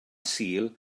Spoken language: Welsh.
sul